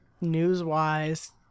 news-wise